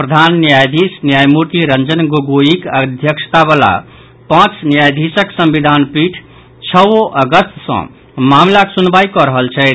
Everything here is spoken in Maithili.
प्रधान न्यायाधीश न्यायमूर्ति रंजन गोगोईक अध्यक्षता वला पांच न्यायाधीशक संविधान पीठ छओ अगस्त सॅ मामिलाक सुनवाई शुरू कऽ रहल छथि